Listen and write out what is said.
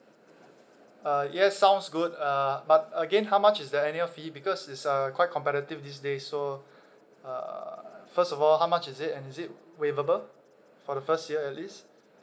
uh yes sounds good uh but again how much is the annual fee because it's uh quite competitive these days so uh first of all how much is it and is it waivable for the first year at least